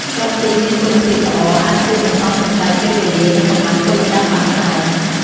ចបជីកមានគុណភាពល្អ អាចជួយសន្សំសំចៃពេលវេលា និងកម្លាំងពលកម្មបានច្រើន។